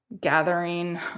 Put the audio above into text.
gathering